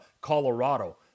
Colorado